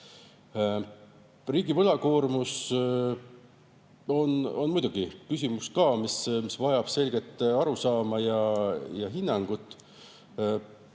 Riigi võlakoormus on muidugi küsimus, mis vajab selget arusaama ja hinnangut.